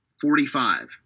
Forty-five